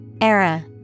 Era